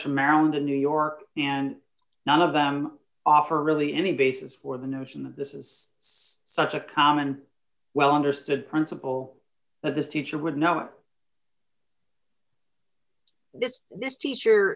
from maryland in new york and none of them offer really any basis for the notion that this is such a common well understood principle of this teacher would know this this teacher